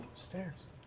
stairs.